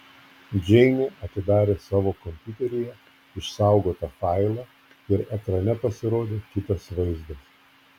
džeinė atidarė savo kompiuteryje išsaugotą failą ir ekrane pasirodė kitas vaizdas